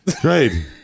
Great